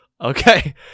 Okay